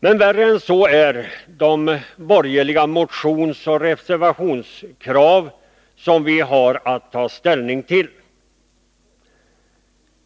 Men värre än så är de borgerliga motionsoch reservationskrav som vi har att ta ställning till.